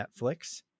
Netflix